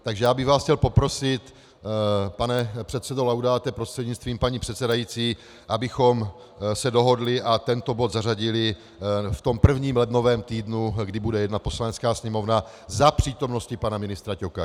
Takže já bych vás chtěl poprosit, pane předsedo Laudáte prostřednictvím paní předsedající, abychom se dohodli a tento bod zařadili v tom prvním lednovém týdnu, kdy bude jednat Poslanecká sněmovna za přítomnosti pana ministra Ťoka.